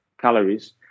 calories